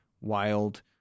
wild